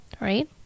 right